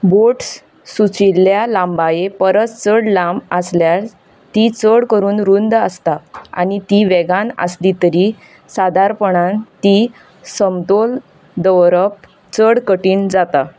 boats सुचिल्ल्या लांबाये परस चड लांब आसल्यार ती चड करून रूंद आसता आनी ती वेगान आसली तरी सादारपणान ती समतोल दवरप चड कठीन जाता